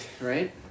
right